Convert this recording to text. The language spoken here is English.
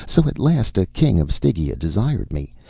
so at last a king of stygia desired me,